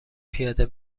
پیاده